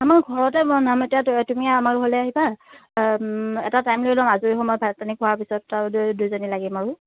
আমাৰ ঘৰতে বনাম এতিয়া তুমি আমাৰ ঘৰলৈ আহিবা এটা টাইম লৈ লওঁ আজৰি সময়ত ভাত পানী খোৱাৰ পিছত আৰু দুয়োজনী লাগিম আৰু